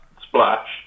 splash